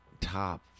top